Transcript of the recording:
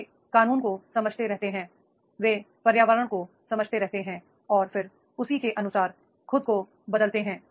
वे कानून को समझते रहते हैं वे पर्यावरण को समझते रहते हैं और फिर उसी के अनुसार खुद को बदलते हैं